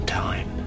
time